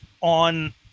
on